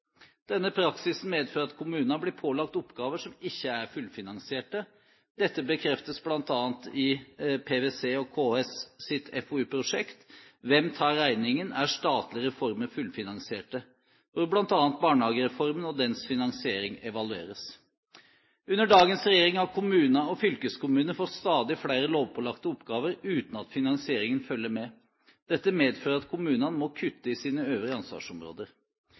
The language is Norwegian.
Denne praksisen medfører at kommuner blir pålagt oppgaver som ikke er fullfinansiert. Dette bekreftes bl.a. i PwCs og KS' FoU-prosjekt: «Hvem tar regningen? Er statlige reformer fullfinansierte?», hvor bl.a. barnehagereformen og dens finansiering evalueres. Under dagens regjering har kommuner og fylkeskommuner fått stadig flere lovpålagte oppgaver uten at finansieringen følger med. Dette medfører at kommunene må kutte i sine øvrige ansvarsområder.